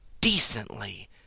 decently